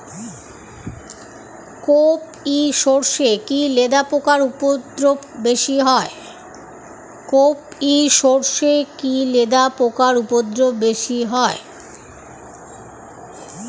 কোপ ই সরষে কি লেদা পোকার উপদ্রব বেশি হয়?